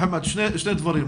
מוחמד, שני דברים.